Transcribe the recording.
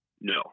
No